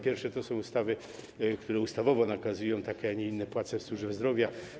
Pierwsze to są ustawy, które ustawowo nakazują takie, a nie inne płace w służbie zdrowia.